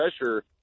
pressure